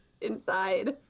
inside